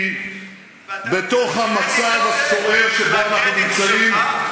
כי בתוך המצב הסוער שבו אנחנו נמצאים,